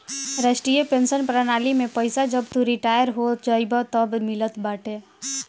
राष्ट्रीय पेंशन प्रणाली में पईसा जब तू रिटायर हो जइबअ तअ मिलत बाटे